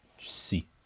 See